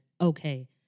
okay